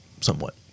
somewhat